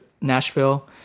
Nashville